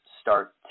start